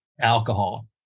alcohol